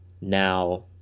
now